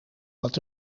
wat